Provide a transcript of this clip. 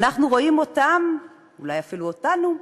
אנחנו רואים אותם, אולי אפילו אותנו,